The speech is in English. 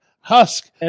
Husk